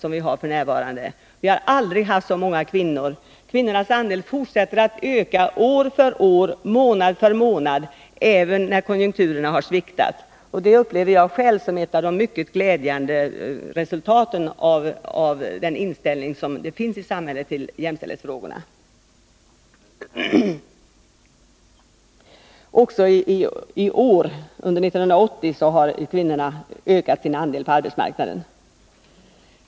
Kvinnornas andel på arbetsmarknaden fortsätter att öka månad för månad, år för år, även när konjunkturerna sviktar. Och det upplever jag själv som ett av de mycket glädjande resultaten av den ändrade inställningen i samhället till jämställdhetsfrågorna. Också i år har kvinnornas andel på arbetsmarknaden ökat.